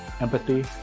Empathy